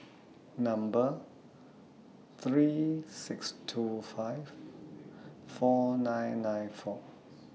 Number three six two five four nine nine four